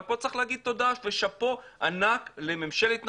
אבל פה צריך להגיד תודה ושאפו ענק לממשלת נורבגיה,